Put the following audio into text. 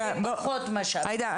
חשבו --- מה שאת --- עאידה,